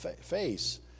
face